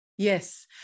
Yes